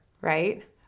right